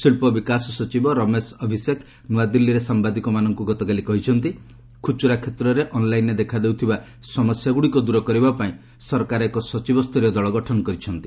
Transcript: ଶିଳ୍ପ ବିକାଶ ସଚିବ ରମେଶ ଅଭିଶେକ ନୂଆଦିଲ୍ଲୀରେ ସାମ୍ଭାଦିକମାନଙ୍କୁ ଗତକାଲି କହିଛନ୍ତି ଖୁଚୁରା କ୍ଷେତ୍ରରେ ଅନ୍ ଲାଇନ୍ରେ ଦେଖାଦେଉଥିବା ସମସ୍ୟାଗୁଡ଼ିକ ଦୂର କରିବା ପାଇଁ ସରକାର ଏକ ସଚିବ ସ୍ତରୀୟ ଦଳ ଗଠନ କରିଛନ୍ତି